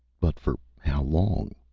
but for how long?